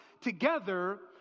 together